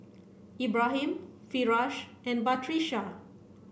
Ibrahim Firash and Batrisya